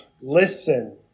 listen